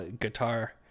guitar